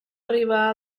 arribar